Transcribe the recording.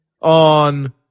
on